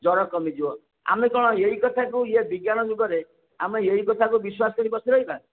ଜ୍ୱର କମିଯିବ ଆମେ କ'ଣ ଏଇ କଥାକୁ ଏ ବିଜ୍ଞାନ ଯୁଗରେ ଆମେ ଏଇକଥାକୁ ବିଶ୍ୱାସ କରି ବସି ରହିବା